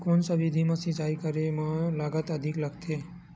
कोन सा विधि म सिंचाई करे म लागत अधिक लगथे?